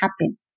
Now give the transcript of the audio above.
happen